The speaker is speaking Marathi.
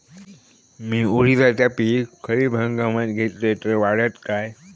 मी उडीदाचा पीक खरीप हंगामात घेतलय तर वाढात काय?